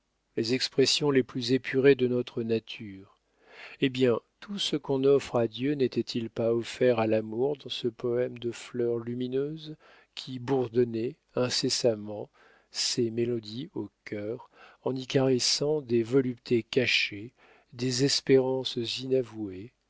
les expressions les plus épurées de notre nature eh bien tout ce qu'on offre à dieu n'était-il pas offert à l'amour dans ce poème de fleurs lumineuses qui bourdonnait incessamment ses mélodies au cœur en y caressant des voluptés cachées des espérances inavouées